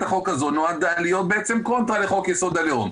החוק הזו נועדה להיות קונטרה לחוק יסוד: הלאום.